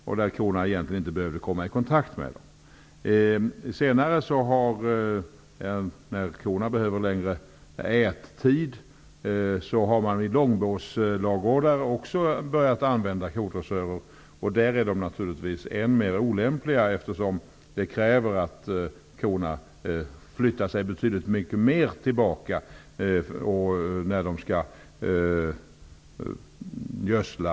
Korna behövde egentligen inte komma i kontakt med kodressörerna. När korna behöver längre tid för att äta har man också börjat använda kodressörer i ladugårdar med långbås. Där är de naturligtvis än mer olämpliga, eftersom korna måste flytta sig mycket längre bak när man skall gödsla.